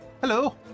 Hello